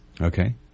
okay